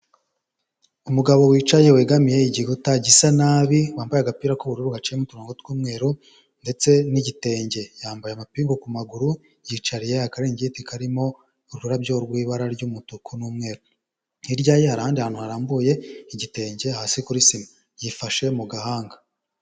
Umugabo wicaye wegamiye igikuta gisa nabi, wambaye agapira k'ubururu gaciyemo uturongo tw'umweru ndetse n'igitenge, yambaye amapingu ku maguru, yicariye akaringiti karimo ururabyo rw'ibara ry'umutuku n'umweru, hirya ye hari ahandi hantu harambuye igitenge hasi kuri sima, yifashe mu gahanga.